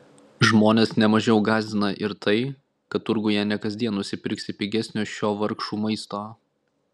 žmones ne mažiau gąsdina ir tai kad turguje ne kasdien nusipirksi pigesnio šio vargšų maisto